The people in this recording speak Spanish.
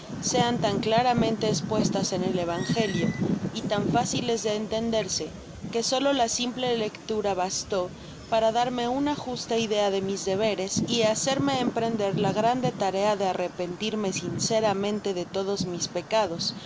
sean tan claramente espuestas en el evangelio y tan fáciles de entenderse que solo la simple lectura bastó para darme una justa idea de mis deberes y hacerme emprender la grande tarea de arrepentirme sinceramente de todos mis pecados